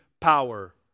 power